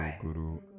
guru